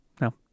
No